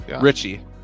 Richie